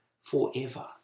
forever